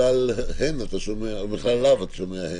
בכלל לאו אתה שומע הן.